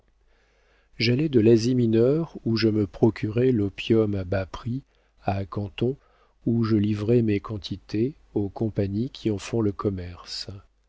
j'allais de l'asie mineure où je me procurais l'opium à bas prix à canton où je livrais mes quantités aux compagnies qui en font le commerce